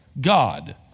God